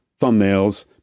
thumbnails